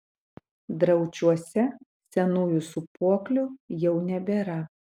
draučiuose senųjų sūpuoklių jau nebėra